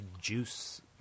juice